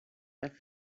that